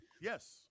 Yes